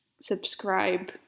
subscribe